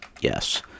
yes